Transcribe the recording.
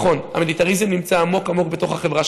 "נכון, המיליטריזם נמצא עמוק עמוק בתוך החברה